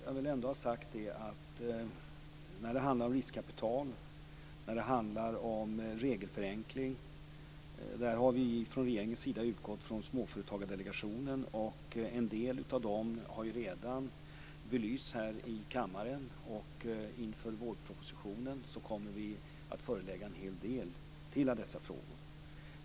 Jag vill dock ha sagt att när det handlar om riskkapital och regelförenkling har vi från regeringens sida utgått från Småföretagsdelegationen. En del av detta har redan belysts här i kammaren. Inför vårpropositionen kommer vi att förelägga en hel del till av dessa frågor.